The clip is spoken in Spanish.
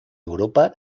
europa